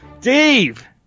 dave